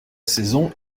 saison